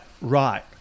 right